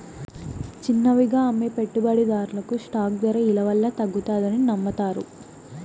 చిన్నవిగా అమ్మే పెట్టుబడిదార్లు స్టాక్ దర ఇలవల్ల తగ్గతాదని నమ్మతారు